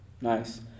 Nice